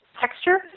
texture